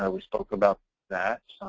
ah we spoke about that.